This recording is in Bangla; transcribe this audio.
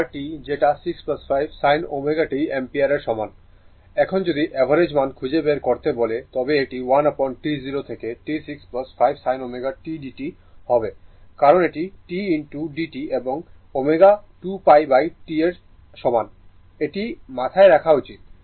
সুতরাং এটি r t যেটা 6 5 sin t অ্যাম্পিয়ারের সমান এখন যদি অ্যাভারেজ মান খুঁজে বার করতে বলে তবে এটা 1 upon T 0 থেকে T 6 5 sin ω tdt হবে কারণ এটি t dt এবং ω 2π T rএর সমান এটি মাথায় রাখা উচিত